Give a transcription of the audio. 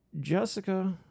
jessica